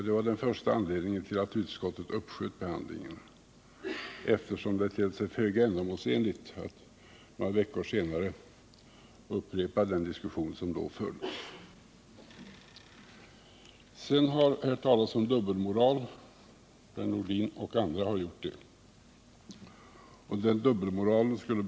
Det var anledningen till att utskottet uppsköt behandlingen — det tedde sig föga ändamålsenligt att upprepa samma diskussion med några veckors mellanrum. Herr Nordin och andra har här talat om vår dubbelmoral, vilken skulle .